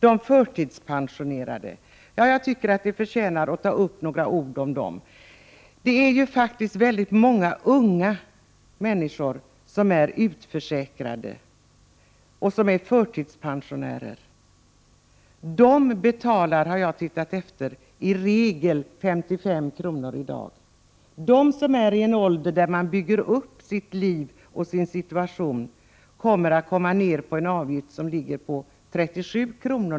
De förtidspensionerade tycker jag förtjänar att sägas några ord om. Det är väldigt många unga människor som är utförsäkrade och som är förtidspensionärer. I dag betalar de — jag har tittat efter —i regel 55 kr. De som är i en ålder där man bygger upp sitt liv och sin situation får i stället en avgift på 37 kr.